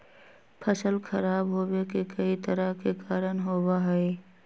फसल खराब होवे के कई तरह के कारण होबा हई